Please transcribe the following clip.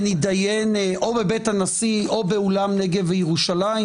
ונידיין או בבית הנשיא או באולם נגב וירושלים?